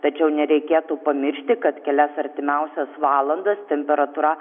tačiau nereikėtų pamiršti kad kelias artimiausias valandas temperatūra